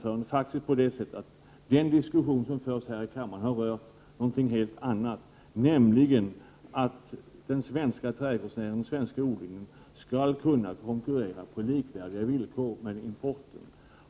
1988/89:112 diskussion som förts här i kammaren har rört någonting helt annat, nämligen att den svenska trädgårdsodlingen skall kunna konkurrera på likvärdiga villkor med importen.